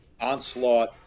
onslaught